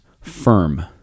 firm